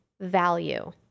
value